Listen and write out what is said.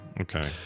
Okay